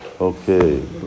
Okay